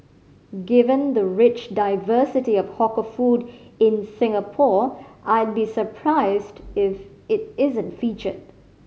given the rich diversity of hawker food in Singapore I'd be surprised if it isn't featured